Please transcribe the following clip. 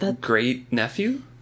Great-nephew